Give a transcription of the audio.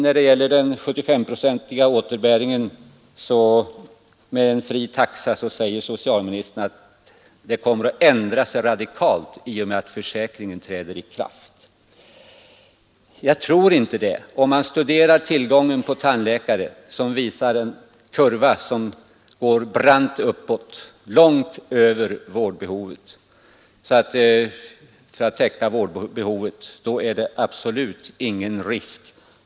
Beträffande den 75-procentiga återbäringen på en fri taxa säger socialministern att förhållandena kommer att ändra sig radikalt i och med att försäkringen träder i kraft. Jag tror inte det. Tillgången på tandläkare visar en kurva som går brant uppåt, långt över vårdbehovet. Det är alltså absolut inga risker att man inte skulle kunna täcka vårdbehovet.